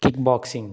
kick boxing